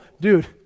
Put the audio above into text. dude